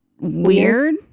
weird